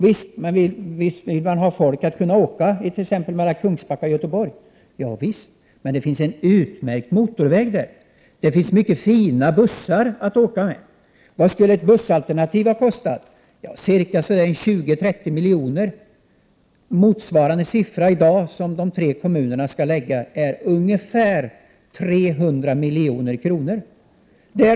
Kommunerna svarade: Ja, visst vill vi att folk skall kunna åka mellan Kungsbacka och Göteborg, men det finns en utmärkt motorväg där, och det finns mycket fina bussar att åka med. Ett bussalternativ skulle då ha kostat 20-30 milj.kr., och i dag får de tre kommunerna lägga upp ungefär 300 milj.kr. för detta.